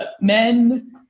men